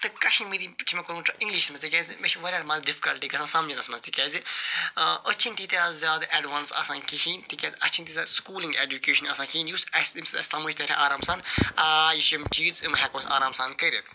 تہٕ کشمیٖری چھِ مےٚ کوٚرمُت اِنٛگلِشَس مَنٛز تِکیٛازِ مےٚ چھِ واریاہ مَنٛزٕ ڈِفکَلٹی گَژھان سَمجٕنَس مَنٛز تِکیٛازِ أسۍ چھِنہٕ تیٖتیٛاہ زیادٕ اٮ۪ڈوانٕس آسان کِہیٖنۍ تِکیٛازِ اَسہِ چھِنہٕ تیٖژاہ سکولِنٛگ اٮ۪جُکیشَن آسان کِہیٖنۍ یُس اَسہِ ییٚمہِ سۭتۍ اَسہِ سمجھ تَرِہَہ آرام سان یہِ چھِ یِم چیٖز یِم ہٮ۪کو أسۍ آرام سان کٔرِتھ